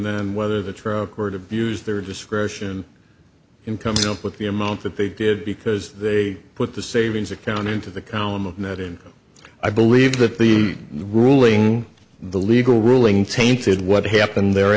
then whether the board abused their discretion in coming up with the amount that they did because they put the savings account into the column of net and i believe that the ruling the legal ruling tainted what happened there